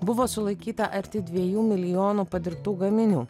buvo sulaikyta arti dviejų milijonų padirbtų gaminių